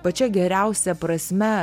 pačia geriausia prasme